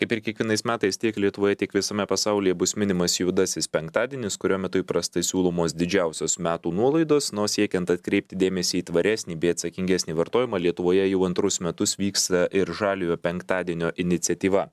kaip ir kiekvienais metais tiek lietuvoje tiek visame pasaulyje bus minimas juodasis penktadienis kurio metu įprastai siūlomos didžiausios metų nuolaidos nu o siekiant atkreipti dėmesį į tvaresnį bei atsakingesnį vartojimą lietuvoje jau antrus metus vyksta ir žaliojo penktadienio iniciatyva